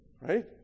Right